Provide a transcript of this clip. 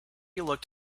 looked